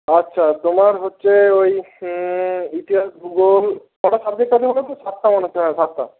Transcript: আচ্ছা তোমার হচ্ছে ওই ইতিহাস ভূগোল কটা সাবজেক্ট আছে বলো তো সাতটা মনে হচ্ছে হ্যাঁ সাতটা